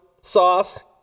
Sauce